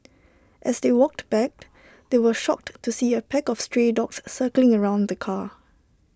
as they walked back they were shocked to see A pack of stray dogs circling around the car